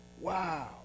Wow